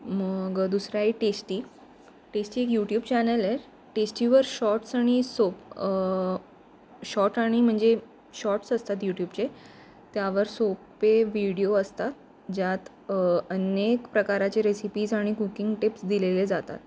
मग दुसरा आहे टेस्टी टेस्टी एक यूट्यूब चॅनल आहे टेस्टीवर शॉट्स आणि सोपं शॉट आणि म्हणजे शॉट्स असतात यूट्यूबचे त्यावर सोपे व्हिडिओ असतात ज्यात अनेक प्रकाराचे रेसिपीज आणि कुकिंग टिप्स दिलेले जातात